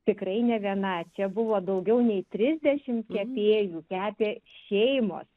tikrai ne viena čia buvo daugiau nei trisdešim kepėjų kepė šeimos